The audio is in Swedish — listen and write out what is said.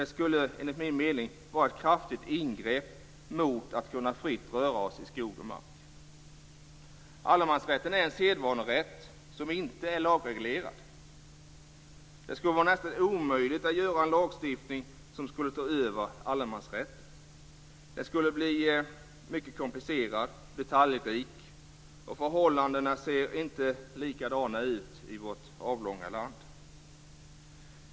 Det skulle, enligt min mening, vara ett kraftigt ingrepp i vår möjlighet att röra oss fritt i skog och mark. Allemansrätten är en sedvanerätt som inte är lagreglerad. Det skulle vara nästan omöjligt att göra en lagstiftning som skulle ta över allemansrätten. Den skulle bli mycket komplicerad och detaljrik, och förhållandena ser inte likadana ut i vårt avlånga land.